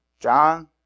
John